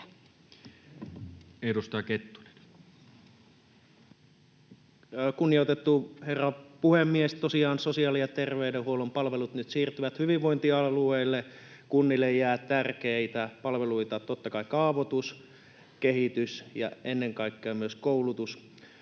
Kunnioitettu herra puhemies! Tosiaan sosiaali- ja terveydenhuollon palvelut nyt siirtyvät hyvinvointialueille. Kunnille jää tärkeitä palveluita: totta kai kaavoitus, kehitys ja ennen kaikkea myös koulutus.